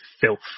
filth